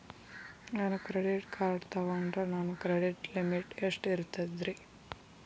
ನಾನು credit card ತೊಗೊಂಡ್ರ ನನ್ನ ಕ್ರೆಡಿಟ್ ಲಿಮಿಟ್ ಎಷ್ಟ ಇರ್ತದ್ರಿ?